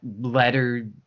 letter